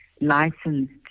licensed